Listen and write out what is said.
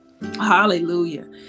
Hallelujah